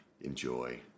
enjoy